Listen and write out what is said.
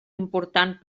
important